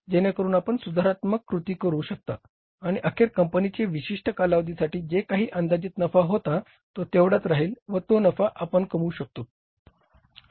जेणेकरून आपण सुधारात्मक कृती करू शकता आणि अखेर कंपनीच्या विशिष्ट कालावधीसाठी जे काही अंदाजित नफा होता तो तेवढाच राहील व तो नफा आपण कमवू शकतोत